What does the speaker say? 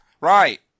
Right